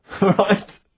Right